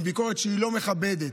ביקורת לא מכבדת.